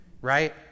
right